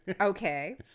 Okay